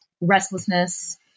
restlessness